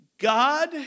God